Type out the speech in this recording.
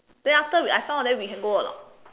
then after uh some of them we can go or not